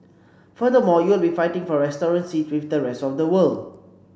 furthermore you will be fighting for restaurant seat with the rest of the world